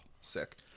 Sick